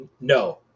no